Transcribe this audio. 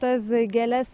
tas gėles